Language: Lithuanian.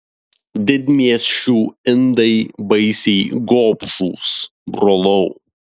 didmiesčių indai baisiai gobšūs brolau